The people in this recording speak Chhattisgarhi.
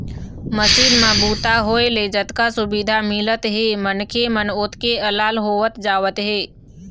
मसीन म बूता होए ले जतका सुबिधा मिलत हे मनखे मन ओतके अलाल होवत जावत हे